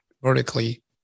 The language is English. Vertically